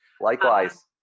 Likewise